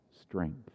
strength